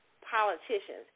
politicians